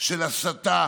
של הסתה